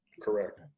Correct